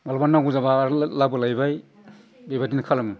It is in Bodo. माब्लाबा नांगौ जाब्ला आरो लाबोलायबाय बेबादिनो खालामो